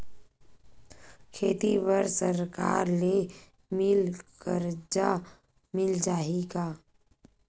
खेती बर सरकार ले मिल कर्जा मिल जाहि का?